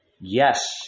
Yes